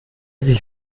sich